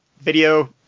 video